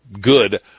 good